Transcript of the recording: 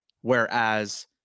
Whereas